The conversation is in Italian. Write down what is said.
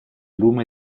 lume